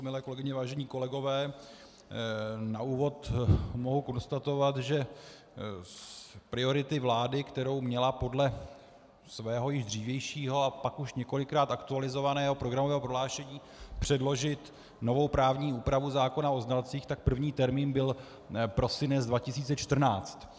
Milé kolegyně, vážení kolegové, na úvod mohu konstatovat, že z priority vlády, kterou měla podle svého již dřívějšího a pak už několikrát aktualizovaného programového prohlášení předložit novou právní úpravu zákona o znalcích, tak první termín byl prosinec 2014.